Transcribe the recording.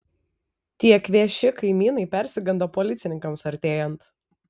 tie kvėši kaimynai persigando policininkams artėjant